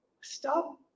stop